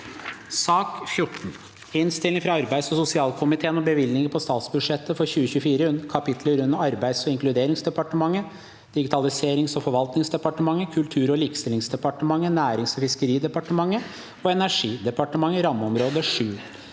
14. Innstilling fra arbeids- og sosialkomiteen om bevilgninger på statsbudsjettet for 2024, kapitler under Arbeids- og inkluderingsdepartementet, Digitaliserings- og forvaltningsdepartementet, Kultur- og likestillingsdepartementet, Nærings- og fiskeridepartementet og Energidepartementet (rammeområde 7)